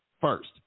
first